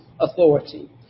authority